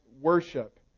worship